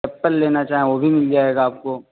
apple لینا چاہیں وہ بھی مل جائے گا آپ کو